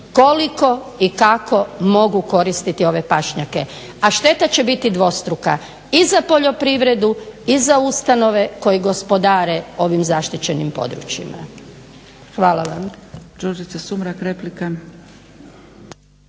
koliko i kako mogu koristiti ove pašnjake. A šteta će biti dvostruka i za poljoprivredu i za ustanove koji gospodare ovim zaštićenim područjima. Hvala vam.